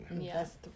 Yes